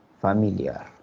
familiar